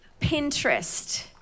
Pinterest